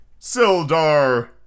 Sildar